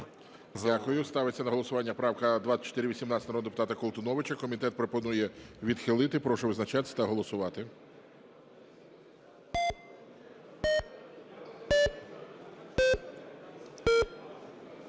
Дякую. Ставиться на голосування правка 2418 народного депутата Колтуновича. Комітет пропонує відхилити. Прошу визначатись та голосувати.